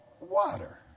water